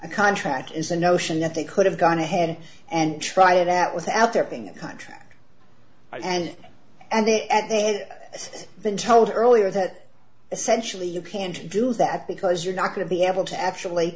a contract is the notion that they could have gone ahead and try it out without there being a contract and and it has been told earlier that essentially you can't do that because you're not going to be able to